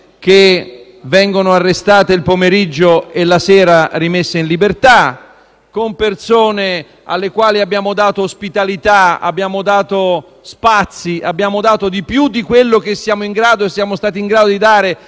che vengono arrestati il pomeriggio e rimessi in libertà la sera; con persone alle quali abbiamo dato ospitalità, abbiamo dato spazi, abbiamo dato più di quello che siamo stati in grado di dare